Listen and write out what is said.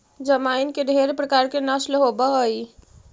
जमाइन के ढेर प्रकार के नस्ल होब हई